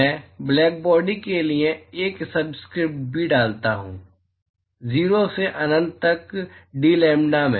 मैं black body के लिए एक सबस्क्रिप्ट बी डालता हूं 0 से अनंत तक dlambda में